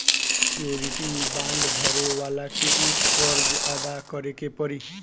surety bond भरे वाला के ऊ कर्ज अदा करे पड़ी